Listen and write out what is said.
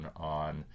on